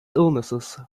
illnesses